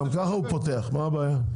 גם ככה הוא פותח מה הבעיה?